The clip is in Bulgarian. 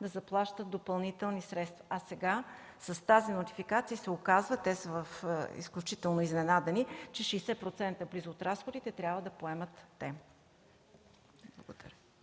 да заплащат допълнителни средства. Сега с тази нотификация се оказа – те са изключително изненадани, че близо 60% от разходите трябва да поемат те.